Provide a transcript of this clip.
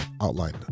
outline